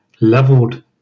leveled